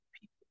people